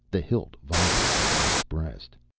the hilt vibrating on his breast.